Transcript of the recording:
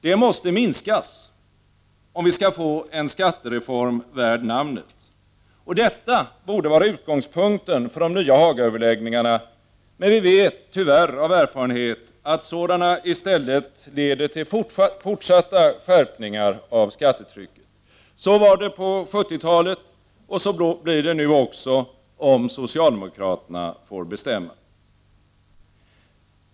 Det måste minskas, om vi skall få en skattereform värd namnet. Detta borde vara utgångspunkten för de nya Hagaöverläggningarna, men vi vet tyvärr av erfarenhet att sådana i stället leder till fortsatta skärpningar av skattetrycket. Så var det på 1970 talet, och så blir det nu också, om socialdemokraterna får bestämma.